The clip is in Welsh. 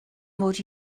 mod